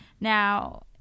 Now